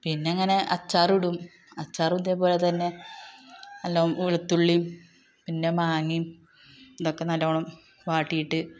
പിന്നെ ഇങ്ങനെ അച്ചാറിടും അച്ചാറും ഇതേ പോലെ തന്നെ നല്ല വെളുത്തുള്ളിയും പിന്നെ മാങ്ങ ഇതൊക്കെ നല്ലോണം വാട്ടിയിട്ട്